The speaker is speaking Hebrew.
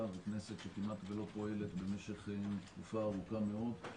והכנסת כמעט ולא פועלת במשך תקופה ארוכה מאוד.